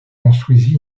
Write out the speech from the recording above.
construisit